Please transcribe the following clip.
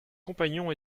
compagnons